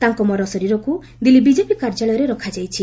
ତାଙ୍କ ମରଶରୀରକୁ ଦିଲ୍ଲୀ ବିକେପି କାର୍ଯ୍ୟାଳୟରେ ରଖାଯାଇଛି